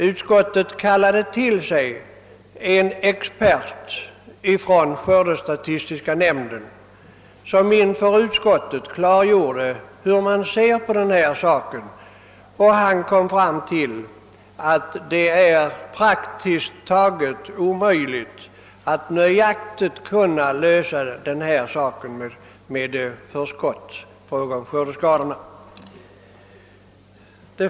Utskottet tillkallade en expert från skördestatistiska nämnden som inför utskottet klargjorde hur man ser på frågan, och han kom fram till att det är praktiskt taget omöjligt att nöjaktigt lösa problemet med förskott på skördeskadeersättning.